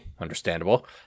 understandable